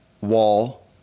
wall